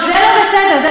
זה לא בסדר.